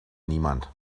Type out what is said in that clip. niemand